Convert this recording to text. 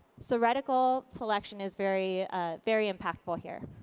so reticle selection is very ah very impactful here.